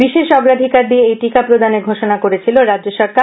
বিশেষ অগ্রাধিকার দিয়ে এই টিকা প্রদানের ঘোষণা করেছিল রাজ্য সরকার